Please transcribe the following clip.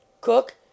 cook